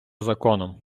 законом